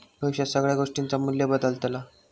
भविष्यात सगळ्या गोष्टींचा मू्ल्य बदालता